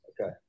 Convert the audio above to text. Okay